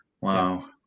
wow